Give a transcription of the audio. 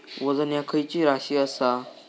वजन ह्या खैची राशी असा?